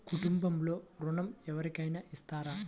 కుటుంబంలో ఋణం ఎవరికైనా ఇస్తారా?